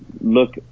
Look